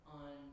on